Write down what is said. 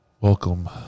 Welcome